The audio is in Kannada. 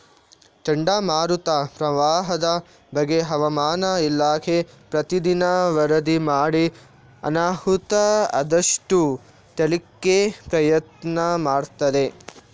ಚಂಡಮಾರುತ, ಪ್ರವಾಹದ ಬಗ್ಗೆ ಹವಾಮಾನ ಇಲಾಖೆ ಪ್ರತೀ ದಿನ ವರದಿ ಮಾಡಿ ಅನಾಹುತ ಆದಷ್ಟು ತಡೀಲಿಕ್ಕೆ ಪ್ರಯತ್ನ ಮಾಡ್ತದೆ